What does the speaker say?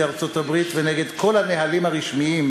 ארצות-הברית ונגד כל הנהלים הרשמיים,